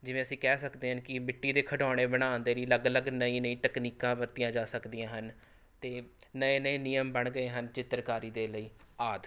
ਜਿਵੇਂ ਅਸੀਂ ਕਹਿ ਸਕਦੇ ਹਨ ਕਿ ਮਿੱਟੀ ਦੇ ਖਿਡੌਣੇ ਬਣਾਉਣ ਲਈ ਅਲੱਗ ਅਲੱਗ ਨਵੀਂ ਨਵੀਂ ਤਕਨੀਕਾਂ ਵਰਤੀਆਂ ਜਾ ਸਕਦੀਆਂ ਹਨ ਅਤੇ ਨਵੇਂ ਨਵੇਂ ਨਿਯਮ ਬਣ ਗਏ ਹਨ ਚਿੱਤਰਕਾਰੀ ਦੇ ਲਈ ਆਦਿ